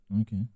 okay